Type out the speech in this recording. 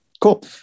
Cool